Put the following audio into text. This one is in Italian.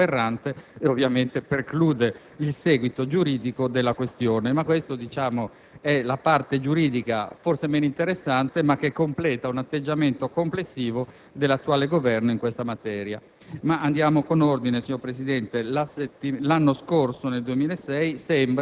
di due comandanti della Guardia di finanza contemporaneamente, il che è aberrante e ovviamente preclude il seguito giuridico della questione. Questa è la parte giuridica, forse la meno interessante, ma che completa un atteggiamento complessivo dell'attuale Governo in materia.